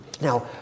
Now